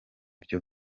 byo